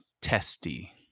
testy